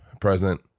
present